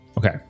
Okay